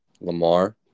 Lamar